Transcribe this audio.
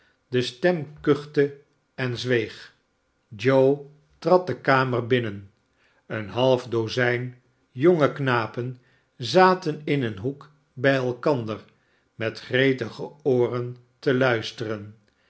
de stem kuchte en zweeg joe trad de kamer binnen een half dozijn jonge knapen zaten in een hoek bij elkander met gretige ooren te luisteren